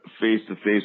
face-to-face